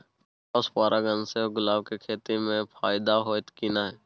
Cross परागण से गुलाब के खेती म फायदा होयत की नय?